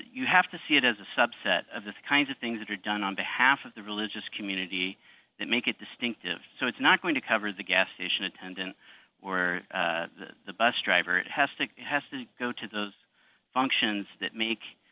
you have to see it as a subset of the kinds of things that are done on behalf of the religious community that make it distinctive so it's not going to cover the gas station attendant or the bus driver it has to go to those functions that make